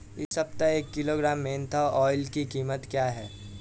इस सप्ताह एक किलोग्राम मेन्था ऑइल की कीमत क्या है?